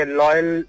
loyal